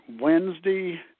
Wednesday